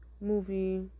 movie